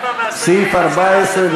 סעיף 14,